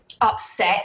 upset